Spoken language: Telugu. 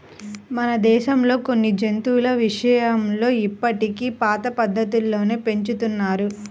మన దేశంలో కొన్ని జంతువుల విషయంలో ఇప్పటికీ పాత పద్ధతుల్లోనే పెంచుతున్నారు